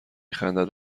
خندد